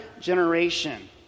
generation